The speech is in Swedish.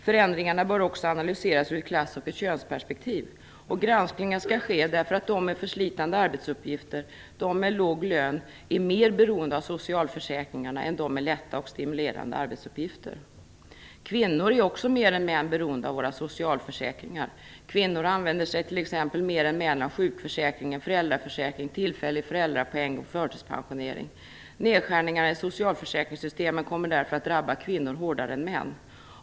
Förändringarna bör också analyseras ur ett klass och ett könsperspektiv. Och granskningen skall ske därför att de med förslitande arbetsuppgifter och de med låg lön är mer beroende av socialförsäkringarna än de med lätta och stimulerande arbetsuppgifter. Kvinnor är också mer än män beroende av våra socialförsäkringar. Kvinnor använder sig t.ex. mer än män av sjukförsäkring, föräldraförsäkring, tillfällig föräldrapeng och förtidspensionering. Nedskärningar i socialförsäkringssystemen kommer därför att drabba kvinnor hårdare än män.